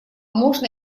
можно